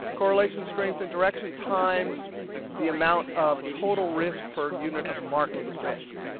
correlation, strength, and direction times the amount of total risk per unit of market risk.